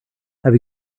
have